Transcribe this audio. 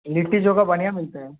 लिट्टी चोखा बढ़िया मिलता है